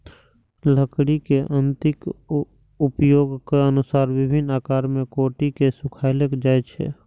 लकड़ी के अंतिम उपयोगक अनुसार विभिन्न आकार मे काटि के सुखाएल जाइ छै